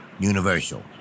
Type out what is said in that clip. universal